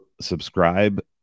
subscribe